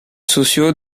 sociaux